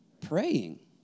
praying